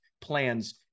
plans